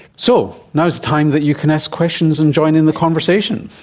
so now is the time that you can ask questions and join in the conversation.